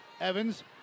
Evans